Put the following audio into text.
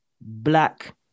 black